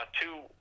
two